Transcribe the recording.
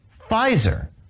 Pfizer